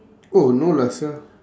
oh no lah sia